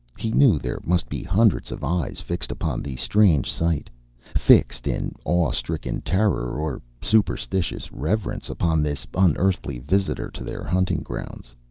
he knew there must be hundreds of eyes fixed upon the strange sight fixed in awe-stricken terror or superstitious reverence upon this unearthly visitor to their hunting grounds.